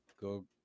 go